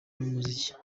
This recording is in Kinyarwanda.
n’umuziki